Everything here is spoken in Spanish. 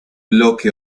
bloque